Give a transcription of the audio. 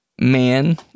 man